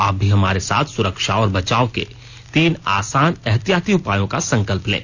आप भी हमारे साथ सुरक्षा और बचाव के तीन आसान एहतियाती उपायों का संकल्प लें